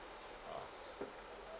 ah